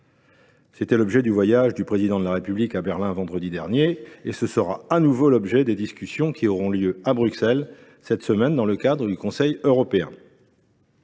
C’était l’objet du voyage du Président de la République à Berlin, vendredi dernier, et ce sera de nouveau l’objet des discussions qui auront lieu à Bruxelles cette semaine, dans le cadre du Conseil européen.